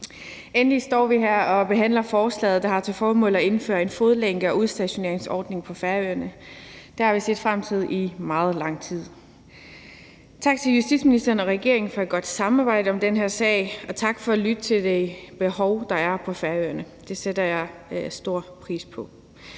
Endelig står vi her og behandler forslaget, der har til formål at indføre en fodlænke- og udstationeringsordning på Færøerne. Det har vi set frem til i meget lang tid. Tak til justitsministeren og regeringen for et godt samarbejde om den her sag, og tak for at lytte til det behov, der er på Færøerne. Det sætter jeg stor pris på.